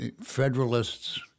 Federalists